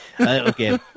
Okay